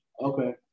Okay